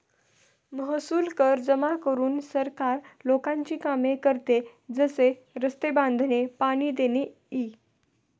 महसूल कर जमा करून सरकार लोकांची कामे करते, जसे रस्ते बांधणे, पाणी देणे इ